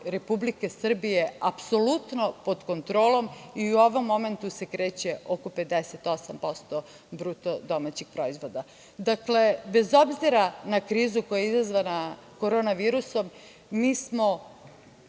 Republike Srbije apsolutno pod kontrolom i u ovom momentu se kreće oko 58% BDP.Dakle, bez obzira na krizu koja je izazvana korona virusom, mi smo